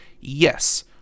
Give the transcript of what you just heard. Yes